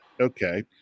Okay